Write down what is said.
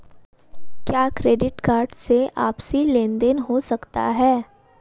क्या credit card से आपसी लेनदेन हो सकता है?